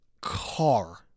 car